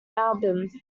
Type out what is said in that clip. album